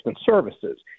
services